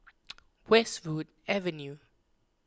Westwood Avenue